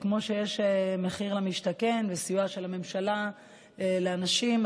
כמו שיש מחיר למשתכן וסיוע של הממשלה לאנשים,